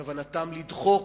כוונתם לדחוק